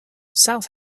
south